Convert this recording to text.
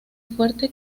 fuerte